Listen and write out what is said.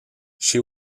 she